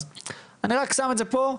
אז אני רק שם את זה פה,